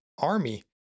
army